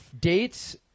dates